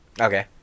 Okay